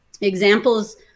examples